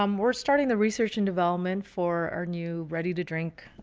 um we're starting the research and development for our new ready to drink.